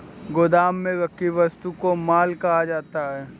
गोदाम में रखी वस्तु को माल कहा जाता है